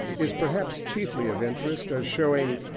is perhaps chiefly of interest as showing,